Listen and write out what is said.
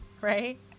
right